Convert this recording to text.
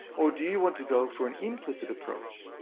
or do you want to go for an implicit approach?